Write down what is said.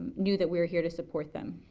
knew that we were here to support them.